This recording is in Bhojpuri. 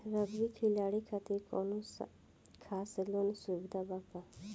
रग्बी खिलाड़ी खातिर कौनो खास लोन सुविधा बा का?